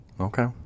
Okay